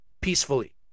peacefully